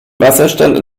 wasserstand